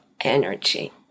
energy